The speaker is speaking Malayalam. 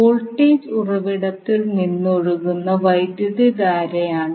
വോൾട്ടേജ് ഉറവിടത്തിൽ നിന്ന് ഒഴുകുന്ന വൈദ്യുതധാരയാണ്